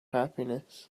happiness